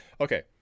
Okay